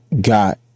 got